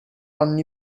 anni